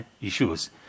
issues